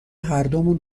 هردومون